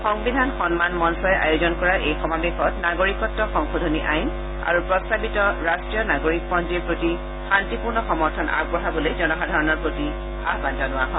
সংবিধান সন্মান মঞ্চই আয়োজন কৰা এই সমাৱেশত নাগৰিকত্ব সংশোধনী আইন আৰু প্ৰস্তাৱিত ৰাষ্ট্ৰীয় নাগৰিকপঞ্জীৰ প্ৰতি শান্তিপূৰ্ণ সমৰ্থন আগবঢ়াবলৈ জনসাধাৰণৰ প্ৰতি আহ্বান জনোৱা হয়